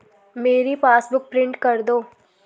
मेरी passbook print कर दो